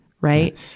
right